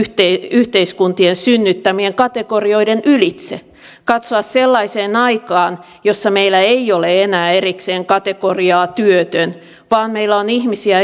yhteiskuntien synnyttämien kategorioiden ylitse katsoa sellaiseen aikaan jossa meillä ei ole enää erikseen kategoriaa työtön vaan meillä on ihmisiä